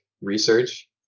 research